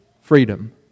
freedom